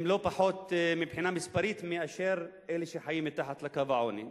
הם לא פחות מבחינה מספרית מאשר אלה שחיים מתחת לקו העוני.